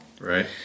Right